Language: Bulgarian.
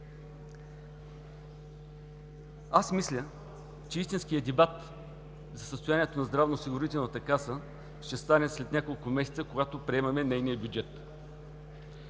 Мисля, че истинският дебат за състоянието на Здравноосигурителната каса ще стане след няколко месеца, когато приемаме нейния бюджет.